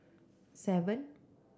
seven